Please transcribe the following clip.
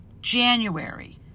January